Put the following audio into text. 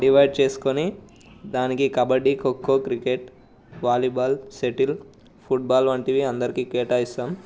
divide చేసుకొని దానికి kabaddi kho kho cricket volleyball shuttle football వంటివి అందరికీ కేటాయిస్తాం